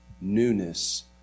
newness